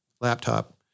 laptop